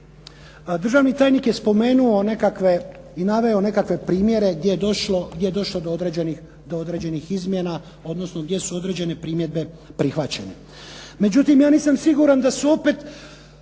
državni tajnik je spomenuo nekakve i naveo nekakve primjere gdje je došlo do određenih izmjena, odnosno gdje su određene primjedbe prihvaćene.